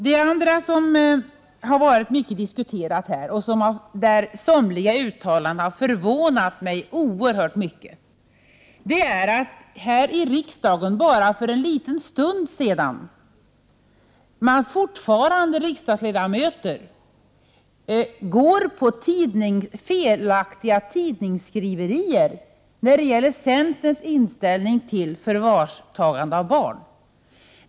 Det andra som diskuterats mycket här och där somliga uttalanden har förvånat mig oerhört mycket är att riksdagsledamöter, bara för en liten stund sedan, fortfarande förlitar sig på felaktiga tidningsskriverier om centerns inställning till förvarstagande av barn.